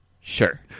Sure